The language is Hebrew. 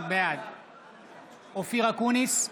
בעד אופיר אקוניס,